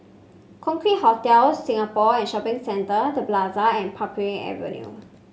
Concorde Hotel Singapore and Shopping Centre The Plaza and Parbury Avenue